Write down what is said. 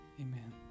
Amen